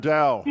Dow